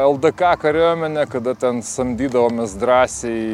ldk kariuomenė kada ten samdydavomės drąsiai